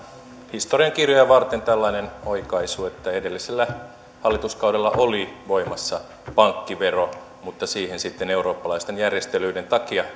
historiankirjoja varten tällainen oikaisu että edellisellä hallituskaudella oli voimassa pankkivero mutta eurooppalaisten järjestelyiden takia